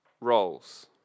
roles